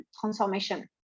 transformation